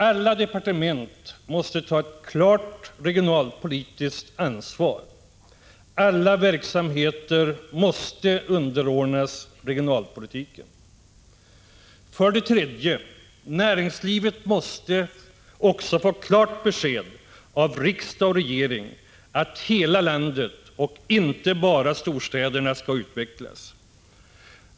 Alla departement måste ta ett klart regionalpolitiskt ansvar. Alla verksamheter måste underordnas regionalpolitiken. 3. Näringslivet måste också få klart besked av riksdag och regering att hela landet — inte bara storstäderna — skall utvecklas.